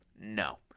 No